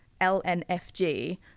LNFG